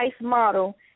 model